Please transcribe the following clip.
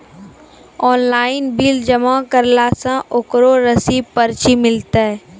Online bill जमा करला से ओकरौ रिसीव पर्ची मिलतै?